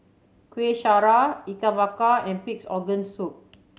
Kueh Syara Ikan Bakar and Pig's Organ Soup